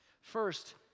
First